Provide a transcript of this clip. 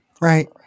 Right